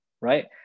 right